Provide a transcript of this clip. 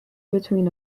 between